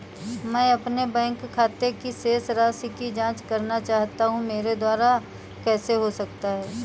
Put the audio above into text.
मैं अपने बैंक खाते की शेष राशि की जाँच करना चाहता हूँ यह मेरे द्वारा कैसे हो सकता है?